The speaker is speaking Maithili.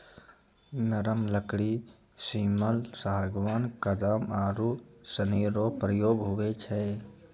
नरम लकड़ी सिमल, सागबान, कदम आरू सनी रो प्रयोग हुवै छै